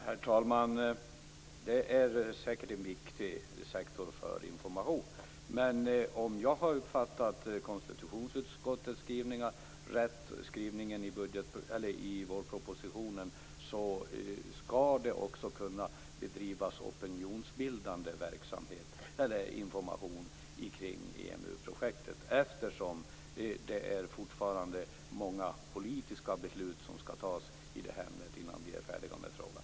Herr talman! Det är säkert en viktig sektor för information. Men om jag har uppfattat konstitutionsutskottets skrivningar rätt, skrivningarna i vårpropositionen, så skall det också kunna bedrivas opinionsbildande verksamhet eller information omkring EMU projektet eftersom det fortfarande är många politiska beslut som skall fattas i ämnet innan vi är färdiga med den här frågan.